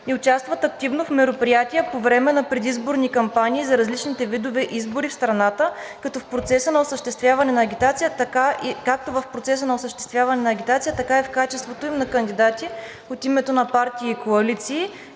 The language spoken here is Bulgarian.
участват активно в мероприятия по време на предизборни кампании за различните видове избори в страната както в процеса на осъществяване на агитация, така и в качеството им на кандидати от името на партии и коалиции.“